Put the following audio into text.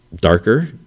darker